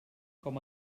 com